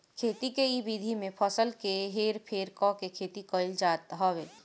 खेती के इ विधि में फसल के हेर फेर करके खेती कईल जात हवे